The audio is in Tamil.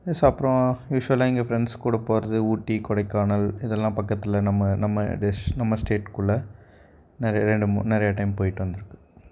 எஸ் அப்புறம் யூஷுவலா இங்கே ஃப்ரெண்ட்ஸ் கூட போகிறது ஊட்டி கொடைக்கானல் இதெல்லாம் பக்கத்தில் நம்ம நம்ம டெஸ் நம்ம ஸ்டேட்டுக்குள்ள நிறைய ரெண்டு மூ நிறைய டைம் போயிட்டு வந்துருக்கோம்